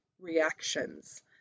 reactions